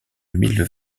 mile